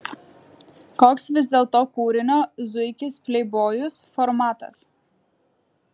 koks vis dėlto kūrinio zuikis pleibojus formatas